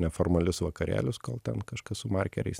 neformalius vakarėlius kol ten kažkas su markeriais